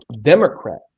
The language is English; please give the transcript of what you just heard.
Democrat